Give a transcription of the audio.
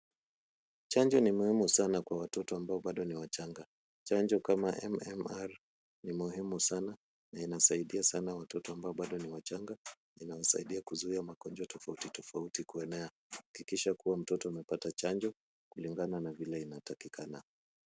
Chanjo ni muhimu sana kwa watoto ambao bado ni wachanga. Chanjo kama MMR ni muhimu sana na inasaidia sana watoto ambao bado ni wachanga. Inawasaida kuzuia magonjwa tofauti tofauti kuenea. Hakikisha kuwa mtoto amepata chanjo kulingana na vile inatakikana.